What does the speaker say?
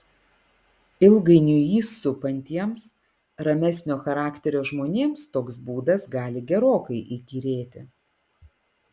ilgainiui jį supantiems ramesnio charakterio žmonėms toks būdas gali gerokai įkyrėti